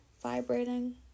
vibrating